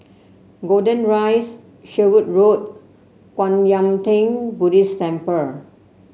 Golden Rise Sherwood Road Kwan Yam Theng Buddhist Temple